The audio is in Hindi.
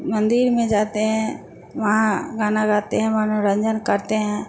मंदिर में जाते हैं वहाँ गाना गाते हैं मनोरंजन करते हैं